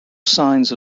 signs